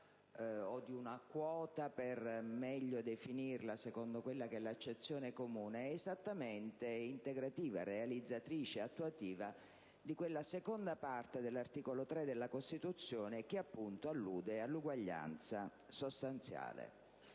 o di una quota per meglio definirla, secondo l'accezione comune, è esattamente integrativa, realizzatrice, attuativa di quella seconda parte dell'articolo 3 della Costituzione che allude appunto all'eguaglianza sostanziale.